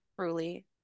truly